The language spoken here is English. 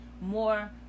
more